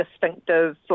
distinctive